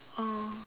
oh